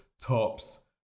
tops